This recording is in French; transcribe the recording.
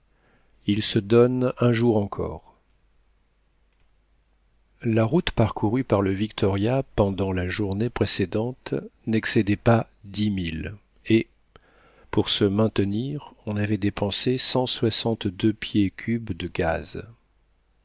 il se donne un jour encore la route parcourue par le victoria pendant la journée précédente n'excédait pas dix milles et pour se maintenir on avait dépensé cent soixante-deux pieds cubes de gaz